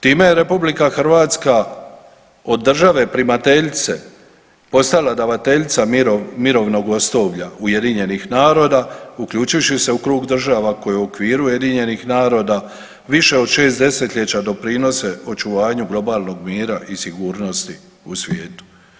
Time je RH od države primateljice postala davateljica mirovnog osoblja UN-a, uključivši se u krug država koje u okviru UN-a više od 6 desetljeća doprinose očuvanju globalnog mira i sigurnosti u svijetu.